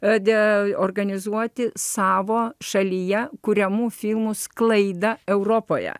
ede organizuoti savo šalyje kuriamų filmų sklaidą europoje